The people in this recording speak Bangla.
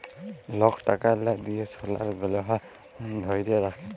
লক টাকার লা দিঁয়ে সলার গহলা ধ্যইরে রাখে